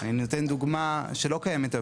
אני נותן דוגמה שלא קיימת היום.